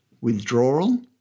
withdrawal